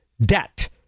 debt